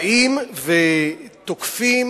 באים ותוקפים